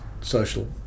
social